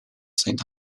saint